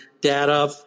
data